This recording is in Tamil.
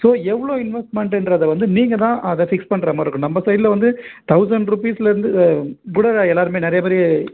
ஸோ எவ்வளோ இன்வெஸ்ட்மெண்ட்டுன்றதை வந்து நீங்கள் தான் அதை ஃபிக்ஸ் பண்ணுற மாதிரி இருக்கும் நம்ப சைட்டில வந்து தௌசண்ட் ருப்பீஸ்லேருந்து கூட எல்லாருமே நிறைய பேர்